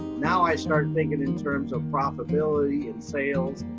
now i start thinking in terms of profitability and sales,